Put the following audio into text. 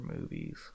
movies